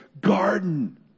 garden